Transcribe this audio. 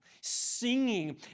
singing